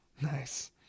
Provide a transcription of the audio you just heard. nice